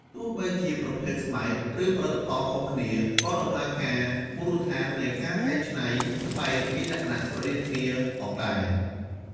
ទោះបីជាប្រភេទស្បែក ឬផលិតផលខុសគ្នា ក៏ដំណើរការមូលដ្ឋាននៃការកែច្នៃស្បែកមានលក្ខណៈស្រដៀងគ្នាផងដែរ។